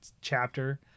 chapter